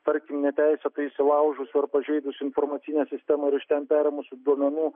tarkim neteisėtai įsilaužus ar pažeidus informacinę sistemą ir iš ten perėmus duomenų